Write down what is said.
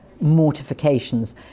mortifications